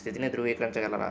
స్థితిని ధృవీకరించగలరా